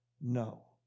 No